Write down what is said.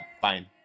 fine